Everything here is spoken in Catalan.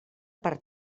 per